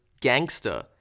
gangster